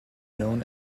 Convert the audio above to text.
known